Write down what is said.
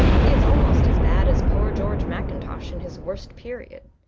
he is almost as bad as poor george mackintosh in his worst period.